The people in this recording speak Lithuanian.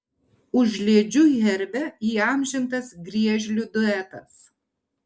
užliedžių herbe įamžintas griežlių duetas